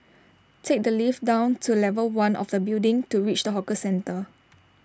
take the lift down to level one of the building to reach the hawker centre